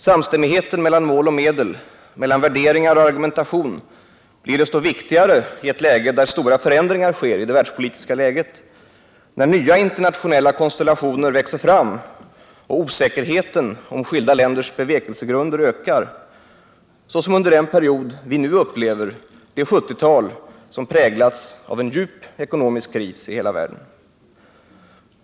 Samstämmigheten mellan mål och medel, mellan värderingar och argumentation blir desto viktigare i ett läge där stora förändringar sker i det världspolitiska läget, när nya internationella konstellationer växer fram och osäkerheten om skilda länders bevekelsegrunder ökar, såsom under den period vi nu upplever, det 1970-tal som präglats av en djup ekonomisk kris i hela världen.